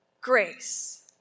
grace